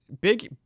big